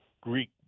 Greek